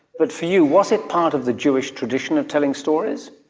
but for you, was it part of the jewish tradition of telling stories?